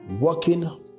working